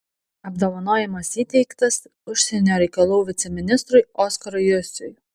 apdovanojimas įteiktas užsienio reikalų viceministrui oskarui jusiui